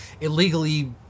illegally